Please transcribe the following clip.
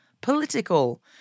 political